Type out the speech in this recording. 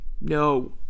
No